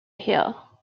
hill